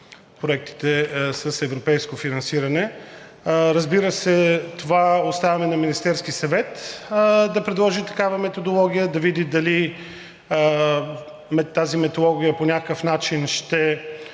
проектите с европейско финансиране. Разбира се, това оставяме на Министерския съвет – да предложи такава методология, да види дали тази методология по някакъв начин ще